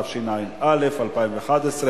התשע"א 2011,